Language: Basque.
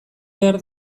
behar